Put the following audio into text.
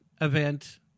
Event